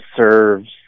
serves